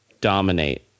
dominate